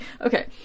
Okay